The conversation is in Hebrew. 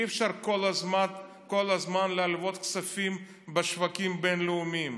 אי-אפשר כל הזמן כל הזמן ללוות כספים בשווקים בין-לאומיים,